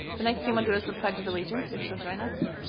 the next thing we'll do is the pledge of allegiance if you'll join us